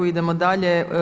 Idemo dalje.